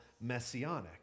messianic